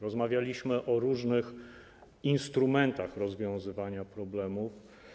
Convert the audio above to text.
Rozmawialiśmy o różnych instrumentach rozwiązywania problemów.